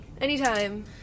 Anytime